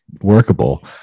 workable